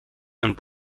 and